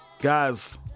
Guys